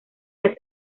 las